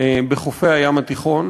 בחופי הים התיכון.